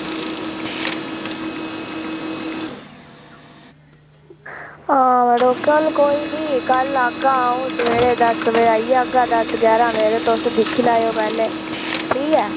आं मड़ो चलो कोई निं कल्ल आह्गा अंऊ सबेरै दस्स बजे आई जाह्गा ते सबेरै दस्स बजे ते दिक्खी लैयो पैह्लें ठीक ऐ